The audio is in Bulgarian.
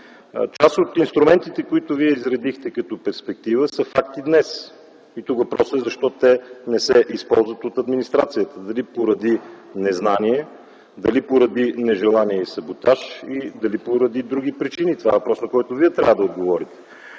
Част от инструментите, които Вие изредихте като перспектива, са факт и днес и тук въпросът е защо те не се използват от администрацията – дали поради незнание, дали поради нежелание и саботаж, дали поради други причини? Това е въпрос, на който Вие трябва да отговорите.